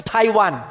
Taiwan